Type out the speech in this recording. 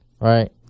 right